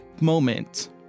moment